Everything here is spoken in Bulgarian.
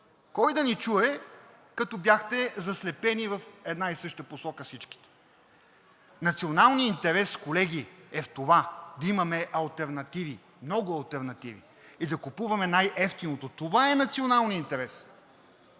Кой да ни чуе, като бяхте заслепени в една и съща посока всичките?! Националният интерес, колеги, е в това да имаме алтернативи, много алтернативи, и да купуваме най-евтиното. Това е националният интерес.